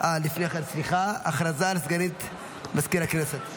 לפני כן, סליחה, הודעה לסגנית מזכיר הכנסת.